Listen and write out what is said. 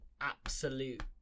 absolute